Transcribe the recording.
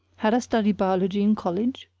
had i studied biology in college?